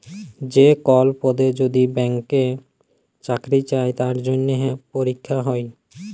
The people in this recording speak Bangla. যে কল পদে যদি ব্যাংকে চাকরি চাই তার জনহে পরীক্ষা হ্যয়